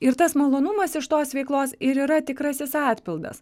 ir tas malonumas iš tos veiklos ir yra tikrasis atpildas